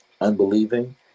unbelieving